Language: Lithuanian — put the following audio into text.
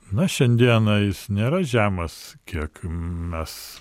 na šiandieną jis nėra žemas kiek mes